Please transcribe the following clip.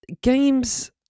games